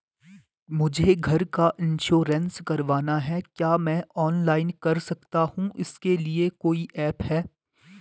मुझे घर का इन्श्योरेंस करवाना है क्या मैं ऑनलाइन कर सकता हूँ इसके लिए कोई ऐप है?